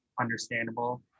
understandable